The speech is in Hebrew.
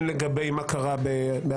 הן לגבי מה קרה בעבר.